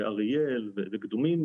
אריאל וקדומים.